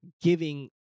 giving